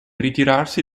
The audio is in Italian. ritirarsi